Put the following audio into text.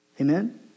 Amen